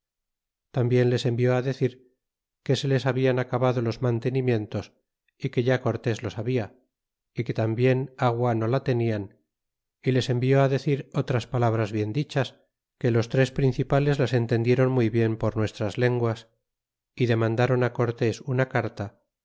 tambien les envió ó decir que se les habian acabado los mantenimientos é que ya cortés losaba que tarnbien agua no la tenk n y les envió á decir otras palabras bien dichas que les tres principales las entendie int muy bien por nuesti as lenguas y deman daron á cortés una carta